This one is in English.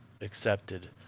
accepted